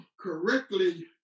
correctly